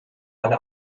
alle